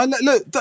look